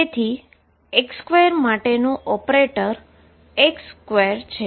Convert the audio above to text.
તેથી x2 માટેનો operator x2 છે